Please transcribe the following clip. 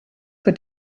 were